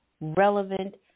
relevant